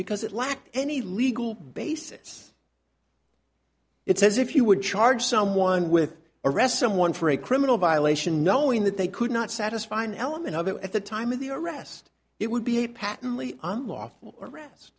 because it lacked any legal basis it says if you would charge someone with arrest someone for a criminal violation knowing that they could not satisfy an element of it at the time of the arrest it would be a patently unlawful arrest